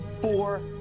four